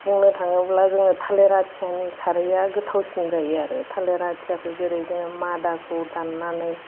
बुंनो थाङोब्ला जोङो थालिर आथियानि खारैया गोथावसिन जायो आरो थालिर आथियाखौ जेरै जोङो मादाखौ दाननानै